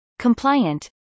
compliant